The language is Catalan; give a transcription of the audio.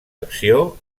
acció